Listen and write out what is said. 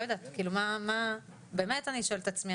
כאילו, מה, אני באמת שואלת את עצמי.